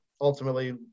ultimately